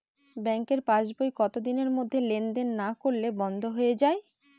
ব্যাঙ্কের পাস বই কত দিনের মধ্যে লেন দেন না করলে বন্ধ হয়ে য়ায়?